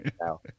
now